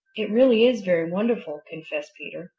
it really is very wonderful, confessed peter.